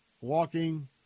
walking